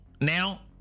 now